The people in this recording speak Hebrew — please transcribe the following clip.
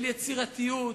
של יצירתיות,